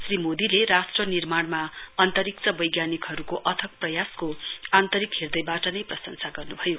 श्री मोदीले राष्ट्र निर्माणमा अन्तरिक्ष वैज्ञानिकहरूको अथक प्रयासको आन्तरिक ह्रदयबाट नै प्रशंसा गर्नुभयो